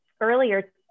earlier